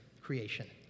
creation